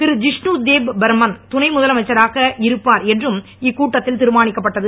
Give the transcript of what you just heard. திருஷிஷ்ணு தேப் பர்மன் துணை முதலமைச்சராக இருப்பார் என்றும் இக்கட்டத்தில் தீர்மானிக்கப்பட்டது